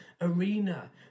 arena